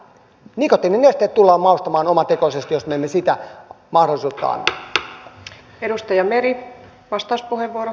nikotiininesteet tullaan maustamaan omatekoisesti jos me emme sitä mahdollisuutta anna